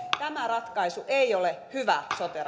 tämä ratkaisu ei ole hyvä sote